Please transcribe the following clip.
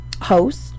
host